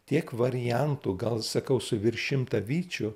tiek variantų gal sakau su virš šimtą vyčiu